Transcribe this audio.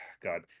God